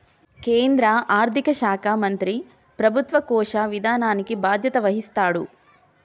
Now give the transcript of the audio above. కేంద్ర ఆర్థిక శాఖ మంత్రి ప్రభుత్వ కోశ విధానానికి బాధ్యత వహిస్తాడు